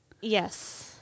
Yes